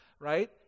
right